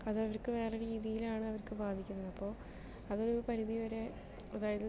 അത് അവർക്ക് വേറെ രീതിയിലാണ് അവർക്ക് ബാധിക്കുന്നത് അപ്പോൾ അത് ഒരു പരിധിവരെ അതായത്